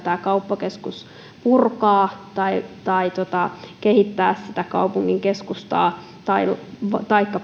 tämä kauppakeskus voitaisiin purkaa tai tai kehittää sitä kaupungin keskustaa taikka